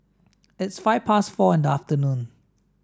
its five past four in the afternoon